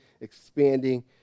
expanding